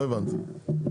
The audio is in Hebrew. לא הבנתי.